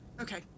okay